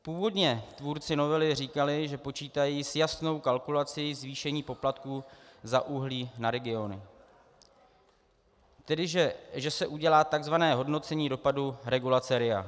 Původně tvůrci novely říkali, že počítají s jasnou kalkulací zvýšení poplatků za uhlí na regiony, tedy že se udělá tzv. hodnocení dopadu regulace RIA.